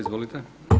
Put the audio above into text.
Izvolite.